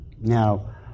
Now